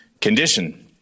condition